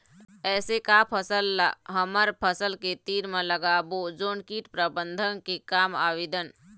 ऐसे का फसल ला हमर फसल के तीर मे लगाबो जोन कीट प्रबंधन के काम आवेदन?